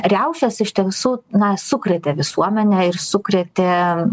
riaušes iš tiesų na sukrėtė visuomenę ir sukrėtė